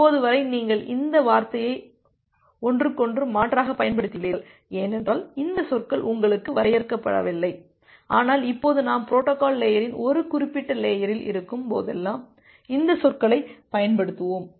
இப்போது வரை நீங்கள் இந்த வார்த்தையை ஒன்றுக்கொன்று மாற்றாகப் பயன்படுத்தியுள்ளீர்கள் ஏனென்றால் இந்த சொற்கள் உங்களுக்கு வரையறுக்கப்படவில்லை ஆனால் இப்போது நாம் பொரோட்டோகால் லேயரின் ஒரு குறிப்பிட்ட லேயரில் இருக்கும் போதெல்லாம் இந்த சொற்களைப் பயன்படுத்துவோம்